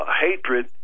hatred